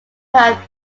have